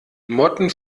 motten